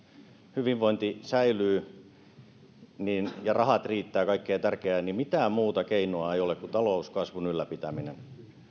hyvinvointi säilyy ja rahat riittävät kaikkeen tärkeään niin mitään muuta keinoa ei ole kuin talouskasvun ylläpitäminen